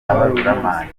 ababaruramari